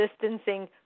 distancing